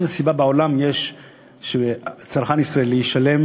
איזו סיבה בעולם יש שצרכן ישראלי ישלם